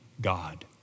God